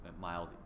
mild